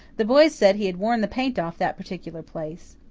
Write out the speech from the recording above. the boys said he had worn the paint off that particular place.